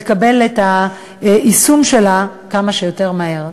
לקבל את היישום כמה שיותר מהר.